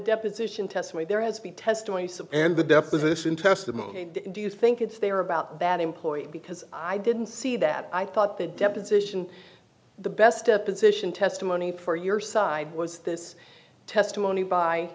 deposition testimony there has been testimony and the deposition testimony do you think it's there about that employee because i didn't see that i thought that deposition the best deposition testimony for your side was this testimony by